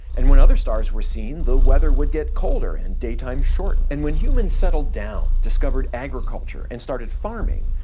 and when other stars were seen, the weather would get colder and daytime shorten. and when humans settled down, discovered agriculture, and started farming,